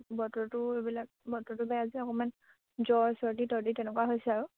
বতৰটো এইবিলাক বতৰটো বেয়া যে অকণমান জ্বৰ চৰ্দি তৰ্দি তেনেকুৱা হৈছে আৰু